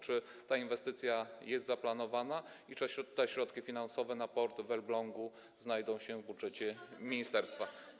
Czy ta inwestycja jest zaplanowana i czy te środki finansowe na port w Elblągu znajdą się w budżecie ministerstwa?